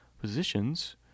positions